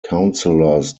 councillors